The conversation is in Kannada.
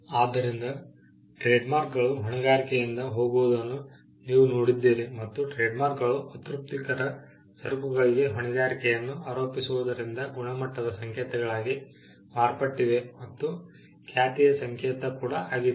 ಆದ್ದರಿಂದ ಟ್ರೇಡ್ಮಾರ್ಕ್ಗಳು ಹೊಣೆಗಾರಿಕೆಯಿಂದ ಹೋಗುವುದನ್ನು ನೀವು ನೋಡಿದ್ದೀರಿ ಮತ್ತು ಟ್ರೇಡ್ಮಾರ್ಕ್ಗಳು ಅತೃಪ್ತಿಕರ ಸರಕುಗಳಿಗೆ ಹೊಣೆಗಾರಿಕೆಯನ್ನು ಆರೋಪಿಸುವುದರಿಂದ ಗುಣಮಟ್ಟದ ಸಂಕೇತಗಳಾಗಿ ಮಾರ್ಪಟ್ಟಿವೆ ಮತ್ತು ಖ್ಯಾತಿಯ ಸಂಕೇತ ಕೂಡ ಆಗಿದೆ